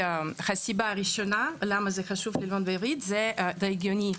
הסיבה הראשונה למה זה חשוב ללמוד עברית די הגיונית.